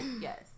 yes